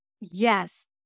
Yes